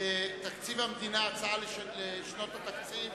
בתקציב המדינה, הצעה לשנות התקציב,